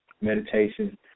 meditation